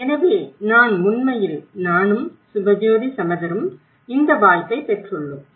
எனவே நான் உண்மையில் நானும் சுபஜயோதி சமதரும் இந்த வாய்ப்பைப் பெற்றுள்ளோம்